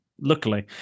Luckily